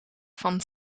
van